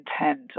intent